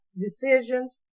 decisions